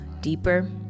deeper